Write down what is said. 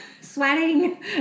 sweating